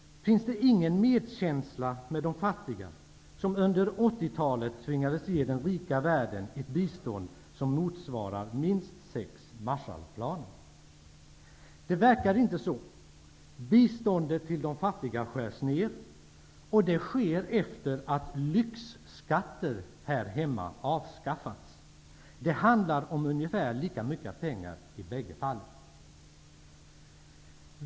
Finns det ingen medkänsla med de fattiga som under 80-talet tvingades ge den rika världen ett bistånd som motsvarar minst sex Marshallplaner? Det verkar inte så. Biståndet till de fattiga skärs ner, och det sker efter att lyxskatter har avskaffats. Det handlar i båda fallen om ungefär lika mycket pengar.